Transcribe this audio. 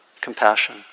Compassion